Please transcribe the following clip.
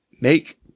make